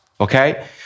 okay